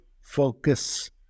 focus